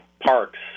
parks